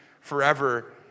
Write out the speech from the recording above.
forever